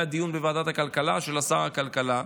היה דיון בוועדת הכלכלה, של שר הכלכלה.